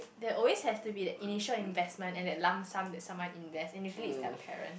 there always has to be that initial investment and that lump sum that someone invest and usually it's the parents